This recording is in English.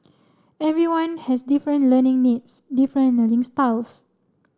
everyone has different learning needs different learning styles